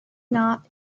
not